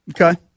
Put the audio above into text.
Okay